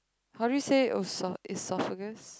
how do you say eso~ esophagus